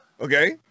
Okay